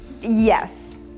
Yes